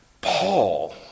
Paul